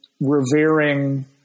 revering